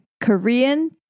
Korean